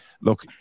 look